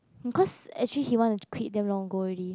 because actually he want to quit damn long ago already